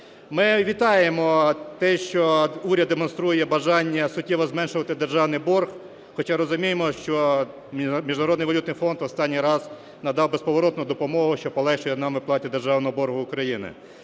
Ми вітаємо те, що уряд демонструє бажання суттєво зменшувати державний борг, хоча розуміємо, що Міжнародний валютний фонд останній раз надав безповоротну допомогу, що полегшує нам виплату державного боргу України.